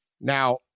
Now